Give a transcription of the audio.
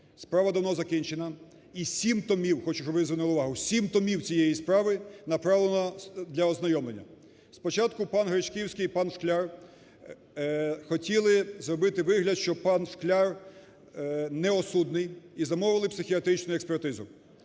щоб ви звернули увагу, 7 томів цієї справи направлено для ознайомлення. Спочатку пан Гречківський і пан Шкляр хотіли зробити вигляд, що пан Шкляр неосудний і замовили психіатричну експертизу.